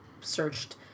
searched